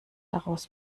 daraus